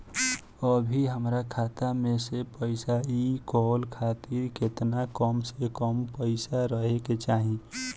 अभीहमरा खाता मे से पैसा इ कॉल खातिर केतना कम से कम पैसा रहे के चाही?